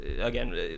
again